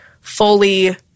fully